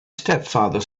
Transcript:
stepfather